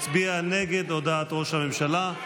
מצביע נגד הודעת ראש הממשלה.